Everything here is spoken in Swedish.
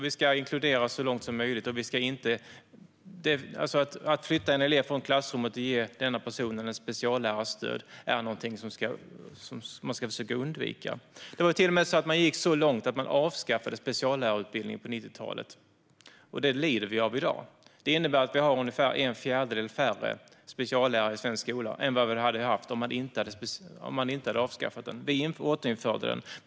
En elev ska inkluderas så långt som möjligt, och att flytta en elev från klassrummet och ge denna person en speciallärares stöd är något som ska undvikas. Man gick till och med så långt att man avskaffade speciallärarutbildningen på 90-talet. Det lider vi av i dag. Det innebär att det finns en fjärdedel färre speciallärare i svensk skola än vad det hade varit om inte utbildningen hade avskaffats. Liberalerna återinförde den.